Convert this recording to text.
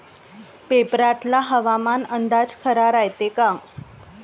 पेपरातला हवामान अंदाज खरा रायते का?